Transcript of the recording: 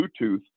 Bluetooth